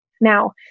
Now